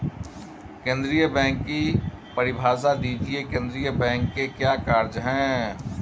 केंद्रीय बैंक की परिभाषा दीजिए केंद्रीय बैंक के क्या कार्य हैं?